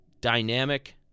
dynamic